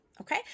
Okay